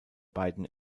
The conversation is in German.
beiden